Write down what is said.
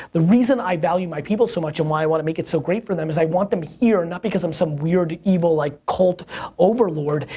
the reason i value my people so much and why i want to make it so great for them is i want them here, not because i'm some weird evil, like, cult overlord,